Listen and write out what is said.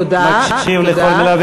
תודה, תודה.